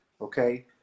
okay